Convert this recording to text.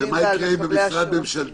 --- ומה יקרה אם אתם רואים שבמשרד ממשלתי